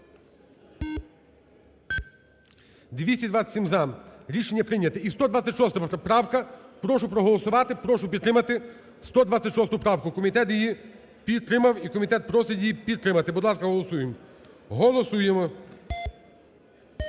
227 – за. Рішення прийняте. І 126 правка. Прошу проголосувати, прошу підтримати 126 правку. Комітет її підтримав і комітет просить її підтримати. Будь ласка, голосуємо. Голосуємо.